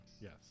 Yes